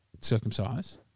Circumcise